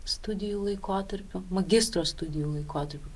studijų laikotarpiu magistro studijų laikotarpiu